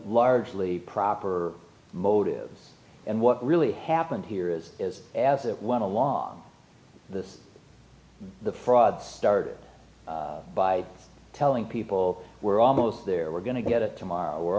largely proper motives and what really happened here is is as it went to law the the fraud started by telling people we're almost there we're going to get it tomorrow we're